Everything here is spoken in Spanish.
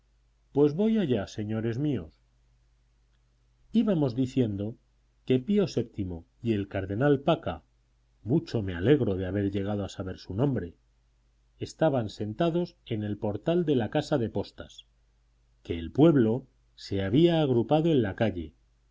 pues voy allá señores míos íbamos diciendo que pío vii y el cardenal pacca mucho me alegro de haber llegado a saber su nombre estaban sentados en el portal de la casa de postas que el pueblo se había agrupado en la calle